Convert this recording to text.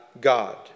God